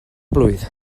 blwydd